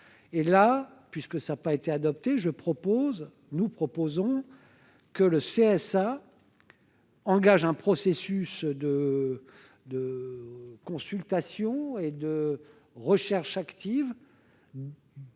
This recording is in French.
amendement n'ayant pas été adopté, nous proposons que le CSA engage un processus de consultation et de recherche active